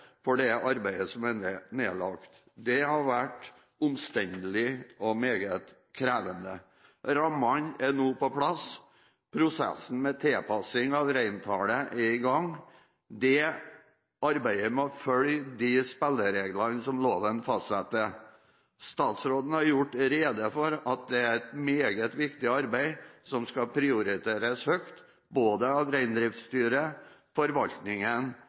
for det arbeidet som er nedlagt. Det har vært omstendelig og meget krevende. Rammene er nå på plass, og prosessen med tilpassing av reintallet er i gang – arbeidet med å følge de spillereglene som loven fastsetter. Statsråden har gjort rede for at det er et meget viktig arbeid som skal prioriteres høyt av både Reindriftsstyret, forvaltningen